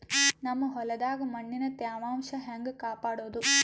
ನಮ್ ಹೊಲದಾಗ ಮಣ್ಣಿನ ತ್ಯಾವಾಂಶ ಹೆಂಗ ಕಾಪಾಡೋದು?